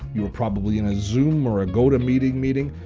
you were probably in a zoom or a gotomeeting meeting,